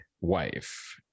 wife